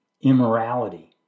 immorality